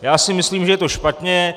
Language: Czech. Já si myslím, že je to špatně.